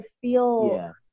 feel